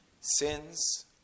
sins